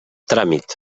tràmit